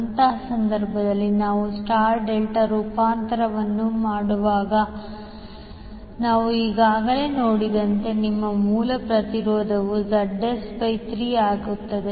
ಅಂತಹ ಸಂದರ್ಭದಲ್ಲಿ ನಾವು ಸ್ಟಾರ್ ಡೆಲ್ಟಾ ರೂಪಾಂತರವನ್ನು ಮಾಡುವಾಗ ನಾವು ಈಗಾಗಲೇ ನೋಡಿದಂತೆ ನಿಮ್ಮ ಮೂಲ ಪ್ರತಿರೋಧವು ZS 3 ಆಗುತ್ತದೆ